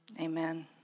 Amen